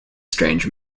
strange